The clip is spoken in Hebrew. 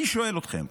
אני שואל אתכם,